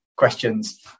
questions